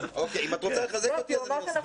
אוקיי, אם את רוצה לחזק אותי אז אני מסכים.